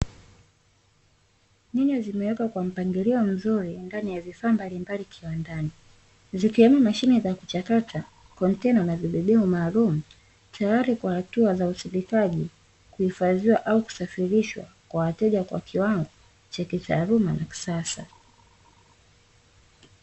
Nyanya zimewekwa kwa mpangilio mzuri ndani ya vifaa mbalimbali kiwandan, zikiwemo mashine za kuchakata kontena na vibebeo maalum tayari kwa hatua za usindikaji, kuhifadhiwa au kusafirishwa kwa wateja kwa kiwango cha kitaaluma na kisasa.